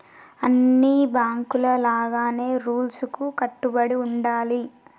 అన్ని బాంకుల లాగానే రూల్స్ కు కట్టుబడి ఉండాలి